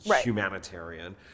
humanitarian